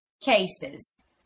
cases